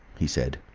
he said.